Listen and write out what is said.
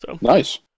Nice